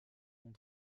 sont